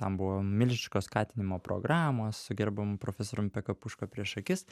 tam buvo milžiniškos skatinimo programos su gerbiamu profesorium pakapuška prieš akis